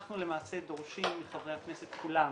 אנחנו למעשה דורשים מחברי הכנסת כולם